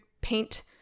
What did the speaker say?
paint